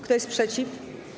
Kto jest przeciw?